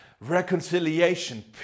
reconciliation